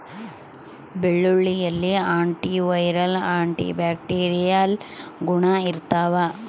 ಬೆಳ್ಳುಳ್ಳಿಯಲ್ಲಿ anti viral anti bacterial ಗುಣ ಇರ್ತಾವ